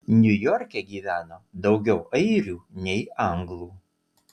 niujorke gyveno daugiau airių nei anglų